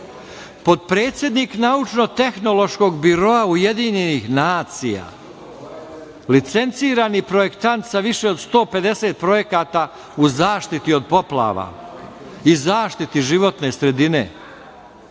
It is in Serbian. potpredsednik naučno-tehnološkog biroa UN, licencirani projektant sa više od 150 projekata u zaštiti od poplava i zaštiti životne sredine.